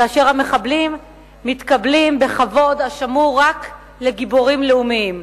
כאשר המחבלים מתקבלים בכבוד השמור רק לגיבורים לאומיים.